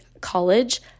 college